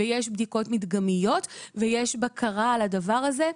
יש בדיקות מדגמיות ויש בקרה על הדבר הזה.